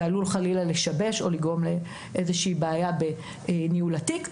זה עלול חלילה לשבש או לגרום לאיזושהי בעיה בניהול התיק,